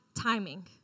timing